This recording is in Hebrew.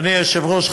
אדוני היושב-ראש,